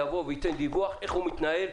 ייתנו דיווח איך מתנהל,